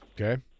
Okay